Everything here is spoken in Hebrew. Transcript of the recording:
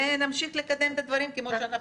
ונמשיך לקדם את הדברים כמו שאנחנו יודעים.